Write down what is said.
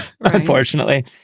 Unfortunately